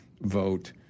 vote